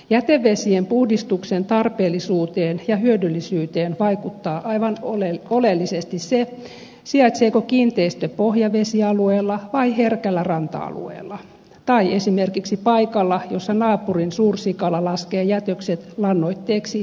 jätevesien puhdistuksen tarpeellisuuteen ja hyödyllisyyteen vaikuttaa aivan oleellisesti se sijaitseeko kiinteistö pohjavesialueella vai herkällä ranta alueella tai esimerkiksi paikalla jossa naapurin suursikala laskee jätökset lannoitteeksi viereiselle pellolle